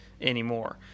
anymore